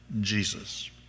Jesus